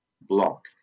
block